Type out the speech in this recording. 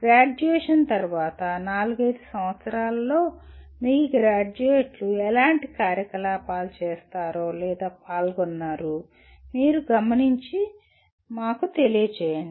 graduation తర్వాత నాలుగైదు సంవత్సరాలలో మీ గ్రాడ్యుయేట్లు ఎలాంటి కార్యకలాపాలు చేస్తారో లేదా పాల్గొన్నారు మీరు గమనించినవి మాకు తెలియజేయండి